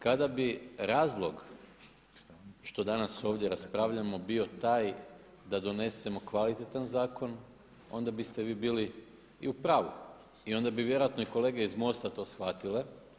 Kada bi razlog što danas ovdje raspravljamo bio taj da donesemo kvalitetan zakon onda biste vi bili i u pravu i onda bi vjerojatno i kolege iz MOST-a to shvatile.